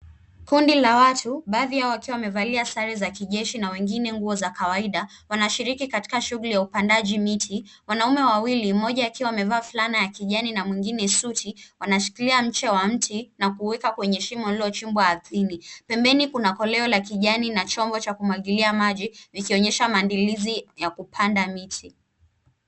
Kundi la watu, baadhi yao wakiwa wamevalia sare za kijeshi na wengine nguo zakawaida wanashiriki katika shuguli ya upandaji miti. wanaume wawili mmoja akiwa amevaa fulana ya kijani na mwingine suti wanashikilia ncha wa mti na kuweka kwenye shimo lililochimbwa ardhini. Pemeni kuna koleo la kijani na chombo cha kumwagilia maji vikionyesha maandalizi ya kupanda miti.